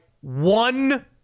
one